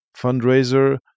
fundraiser